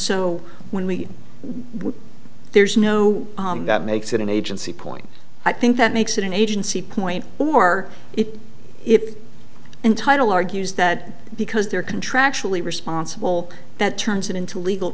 so when we when there's no that makes it an agency point i think that makes it an agency point or it if and title argues that because they're contractually responsible that turns it into a legal